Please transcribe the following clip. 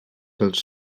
dels